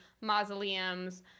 mausoleums